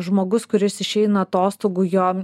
žmogus kuris išeina atostogų jo